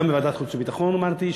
גם בוועדת החוץ והביטחון אמרתי,